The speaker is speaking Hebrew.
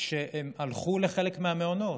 הם הלכו לחלק מהמעונות,